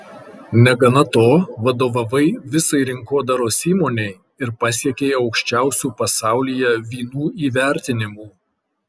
negana to vadovavai visai rinkodaros įmonei ir pasiekei aukščiausių pasaulyje vynų įvertinimų